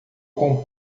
com